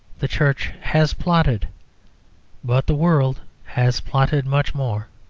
the church has plotted but the world has plotted much more.